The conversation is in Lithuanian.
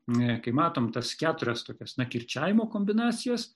kai matom tas keturias tokias na kirčiavimo kombinacijas